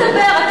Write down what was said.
על מה אתה מדבר,